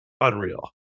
unreal